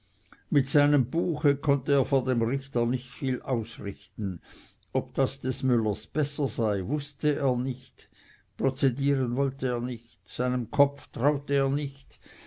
mit seinem buch konnte er vor dem richter nicht viel ausrichten ob das des müllers besser sei wußte er nicht prozedieren wollte er nicht seinem kopf traute er nicht